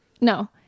No